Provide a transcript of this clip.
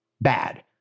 bad